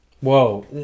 Whoa